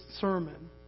sermon